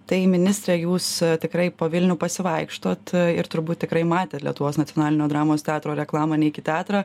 tai ministre jūs tikrai po vilnių pasivaikštot ir turbūt tikrai matėt lietuvos nacionalinio dramos teatro reklamą neik į teatrą